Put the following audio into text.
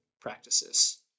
practices